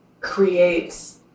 creates